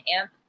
amp